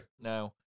No